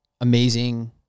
amazing